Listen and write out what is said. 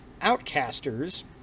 Outcasters